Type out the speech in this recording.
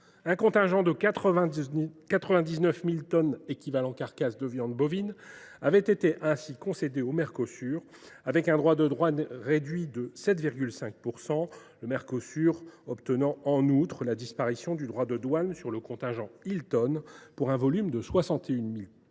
Un contingent de 99 000 tonnes équivalent carcasse (TEC) de viande bovine avait ainsi été concédé au Mercosur, avec un droit de douane réduit de 7,5 %; le bloc sud américain obtenait en outre la suppression du droit de douane sur le contingent Hilton, pour un volume de 61 000